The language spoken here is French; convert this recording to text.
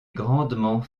grandement